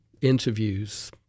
Interviews